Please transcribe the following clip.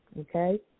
okay